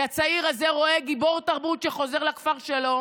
כי הצעיר הזה רואה גיבור תרבות, שחוזר לכפר שלו